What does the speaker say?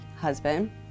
husband